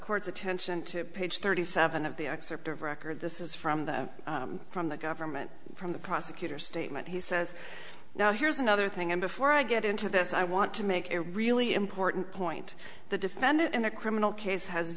court's attention to page thirty seven of the excerpt of record this is from the from the government from the prosecutor statement he says now here's another thing and before i get into this i want to make a really important point the defendant in a criminal case has